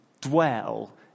dwell